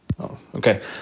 okay